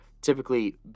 typically